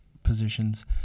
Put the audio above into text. positions